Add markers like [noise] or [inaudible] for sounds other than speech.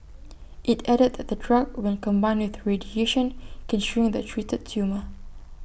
[noise] IT added that the drug when combined with radiation can shrink the treated tumour